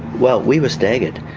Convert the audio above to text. well, we were staggered.